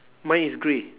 mine is grey